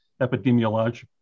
epidemiologic